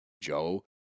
Joe